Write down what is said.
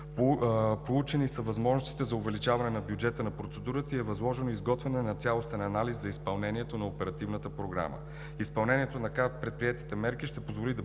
Проучени са възможностите за увеличаване на бюджета на процедурата и е възложено изготвяне на цялостен анализ за изпълнението на Оперативната програма. Изпълнението на така предприетите мерки ще позволи да